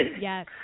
Yes